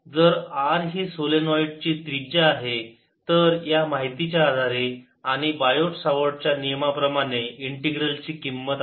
जर R ही solenoid ची त्रिज्या आहे तर या माहितीच्या आधारे आणि बायोट सावर्ट च्या नियमाप्रमाणे इंटीग्रल ची किंमत आहे